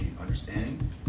understanding